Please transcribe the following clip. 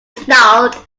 snarled